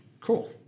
Cool